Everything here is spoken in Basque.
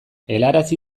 helarazi